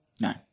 No